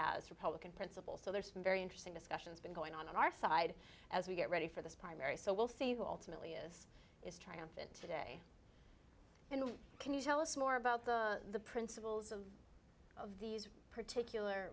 see as republican principles so there's some very interesting discussions been going on on our side as we get ready for this primary so we'll see who ultimately is is triumphant today and can you tell us more about the principles of of these particular